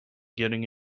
getting